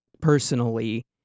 personally